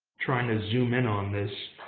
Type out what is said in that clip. trying to zoom in on this.